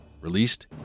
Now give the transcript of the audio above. released